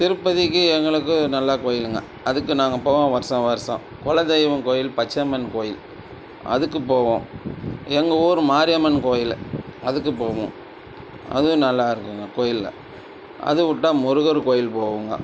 திருப்பதிக்கு எங்களுக்கு நல்ல கோயிலுங்க அதுக்கு நாங்கள் போவோம் வருஷம் வருஷம் குல தெய்வம் கோயில் பச்சையம்மன் கோயில் அதுக்கு போவோம் எங்கள் ஊர் மாரியம்மன் கோயில் அதுக்கு போவோம் அதுவும் நல்லாருக்குங்க கோயிலில் அதுவிட்டா முருகர் கோயில் போவோங்க